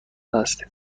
هستید